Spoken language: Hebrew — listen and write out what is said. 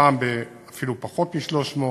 פעם אפילו פחות מ-300,